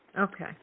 Okay